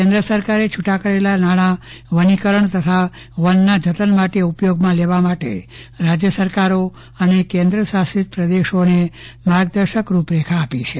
કેન્દ્ર સરકારે છૂટાં કરેલા નાણાં વનીકરણ તથા વનના જતન માટે ઉપયોગમાં લેવા માટે રાજ્ય સરકારો અને કેન્દ્ર શાસિત પ્રદેશોને માર્ગદર્શક રૂપરેખા આપી છે